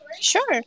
Sure